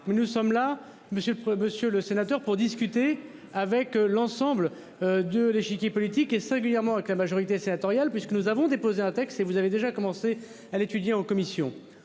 monsieur, le monsieur le sénateur, pour discuter avec l'ensemble de l'échiquier politique et singulièrement avec la majorité sénatoriale, puisque nous avons déposé un texte et vous avez déjà commencé à l'étudier en commission